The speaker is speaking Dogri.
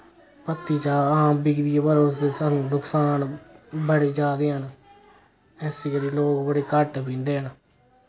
पत्ती चा हां बिकदी ऐ पर उसदे स्हानू नुक्सान बड़े ज्यादा हैन इस्सै करी लोक बड़े घट्ट पींदे न